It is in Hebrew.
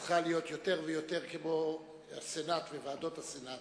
צריכה להיות יותר ויותר כמו הסנאט וועדות הסנאט,